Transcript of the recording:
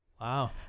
Wow